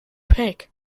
pig